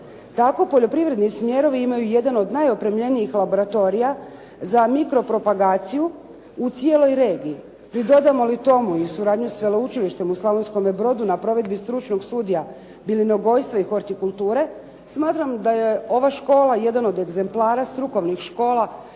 Tako poljoprivredni smjerovi imaju jedan od najopremljenijih laboratorija za mikropropagaciju u cijeloj regiji. Pridodamo li tomu i suradnju sa veleučilištem u Slavonskome Brodu na provedbi stručnog studija bilinogojstva i hortikulture smatram da je ova škola jedan od egzemplara strukovnih škola